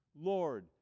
Lord